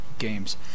games